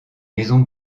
maisons